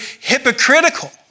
hypocritical